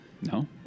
No